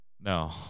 No